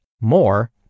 more